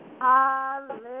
Hallelujah